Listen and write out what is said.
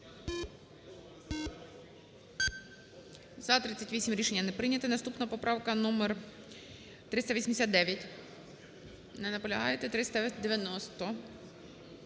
За-38 Рішення не прийнято. Наступна поправка номер 389. Не наполягаєте. 390.